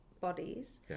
bodies